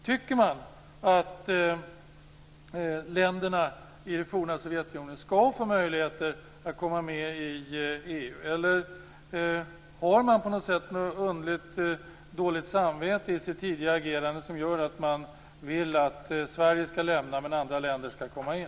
Tycker man att länderna i det forna Sovjetunionen skall få möjligheter att komma med i EU, eller har man ett dåligt samvete för sitt tidigare agerande som gör att man vill att Sverige skall gå ur men andra länder skall komma in?